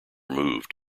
removed